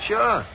Sure